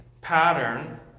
Pattern